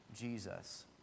Jesus